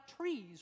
trees